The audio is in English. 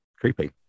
creepy